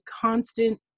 constant